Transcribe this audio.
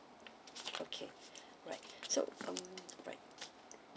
okay right so um right